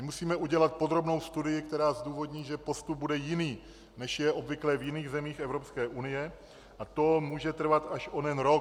My musíme udělat podrobnou studii, která zdůvodní, že postup bude jiný, než je obvyklé v jiných zemích Evropské unie, a to může trvat až onen rok.